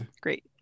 Great